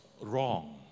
wrong